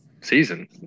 season